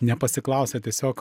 nepasiklausę tiesiog